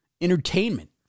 entertainment